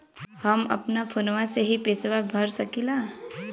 हम अपना फोनवा से ही पेसवा भर सकी ला?